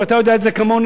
ואתה יודע את זה כמוני,